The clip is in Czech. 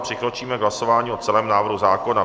Přikročíme k hlasování o celém návrhu zákona.